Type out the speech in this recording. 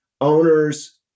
Owners